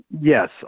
Yes